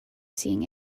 seeing